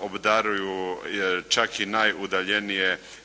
obdaruju, jer čak i najudaljenije europske